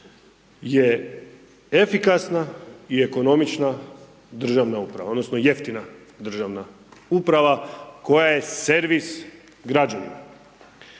je efikasna i ekonomična državna uprava odnosno jeftina državna uprava koja je servis građanima.